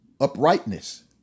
uprightness